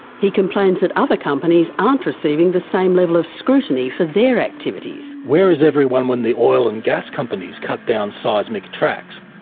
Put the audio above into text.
he complains that other companies aren't receiving the same level of scrutiny for their activities. where is everyone when the oil and gas companies cut down seismic tracks,